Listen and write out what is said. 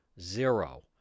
zero